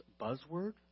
buzzword